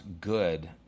good